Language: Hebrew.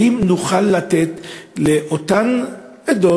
האם נוכל לתת לאותן עדות,